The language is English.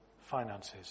finances